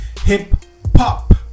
hip-hop